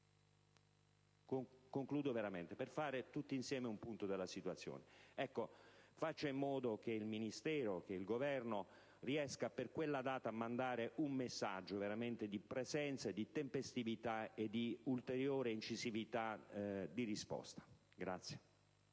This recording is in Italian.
riuniranno a Roma per fare tutti insieme il punto della situazione. Faccia in modo che il Governo riesca, per quella data, a mandare un messaggio di presenza, di tempestività e di ulteriore incisività di risposta.